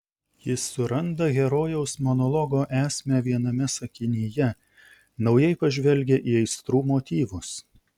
jis suranda herojaus monologo esmę viename sakinyje naujai pažvelgia į aistrų motyvus